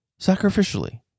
sacrificially